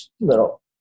little